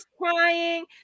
crying